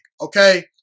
okay